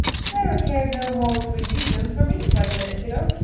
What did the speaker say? sarah cared no more for you than for me five minutes ago,